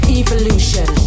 evolution